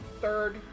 third